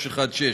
פ/2316/20.